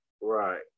Right